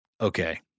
okay